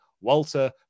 Walter